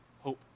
hope